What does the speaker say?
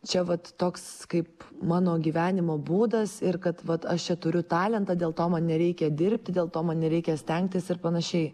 čia vat toks kaip mano gyvenimo būdas ir kad vat aš čia turiu talentą dėl to man nereikia dirbti dėl to man nereikia stengtis ir panašiai